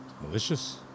malicious